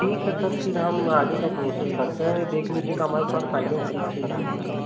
ठीक है सर फिर हम आगे का प्रोसेस करते हैं देख लीजिएगा हमारा थोड़ा फाइनेंस करा दीजिएगा